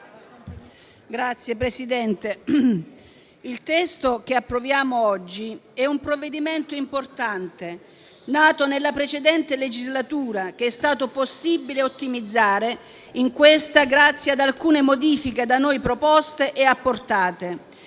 il testo che approviamo oggi è un provvedimento importante, nato nella precedente legislatura, che è stato possibile ottimizzare in quella corrente grazie ad alcune modifiche da noi proposte e apportate,